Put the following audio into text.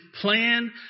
plan